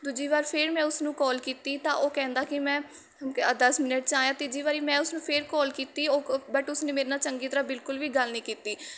ਦੂਜੀ ਵਾਰ ਫਿਰ ਮੈਂ ਉਸਨੂੰ ਕੋਲ ਕੀਤੀ ਤਾਂ ਉਹ ਕਹਿੰਦਾ ਕਿ ਮੈਂ ਦਸ ਮਿੰਟ 'ਚ ਆਇਆ ਤੀਜੀ ਵਾਰੀ ਮੈਂ ਉਸਨੂੰ ਫਿਰ ਕੋਲ ਕੀਤੀ ਉਹ ਉਹ ਬਟ ਉਸਨੇ ਮੇਰੇ ਨਾਲ ਚੰਗੀ ਤਰ੍ਹਾਂ ਬਿਲਕੁਲ ਵੀ ਗੱਲ ਨਹੀਂ ਕੀਤੀ